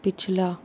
पिछला